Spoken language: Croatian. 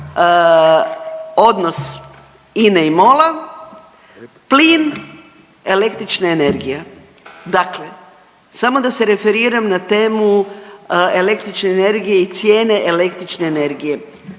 odnos INA-e i MOL-a, plin, električna energija. Dakle, samo da se referiram na temu električne energije i cijene električne energije.